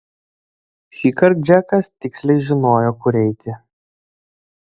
šįkart džekas tiksliai žinojo kur eiti